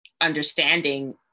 understanding